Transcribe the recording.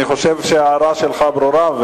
אני חושב שההערה שלך ברורה,